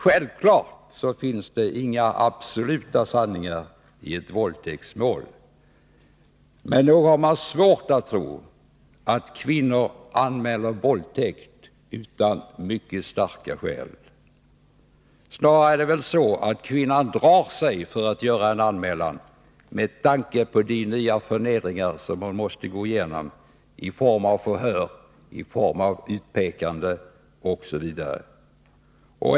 Självfallet finns det inga absoluta sanningar i ett våldtäktsmål. Men nog är det svårt att tro att kvinnor anmäler våldtäkt utan mycket starka skäl. Snarare är det väl så att kvinnan drar sig för att göra en anmälan med tanke på de nya förnedringar som hon måste gå igenom i form av förhör, utpekande osv.